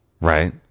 Right